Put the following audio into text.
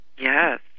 yes